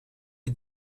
est